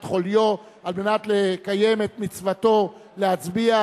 חוליו על מנת לקיים את מצוותו להצביע,